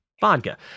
Vodka